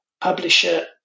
publisher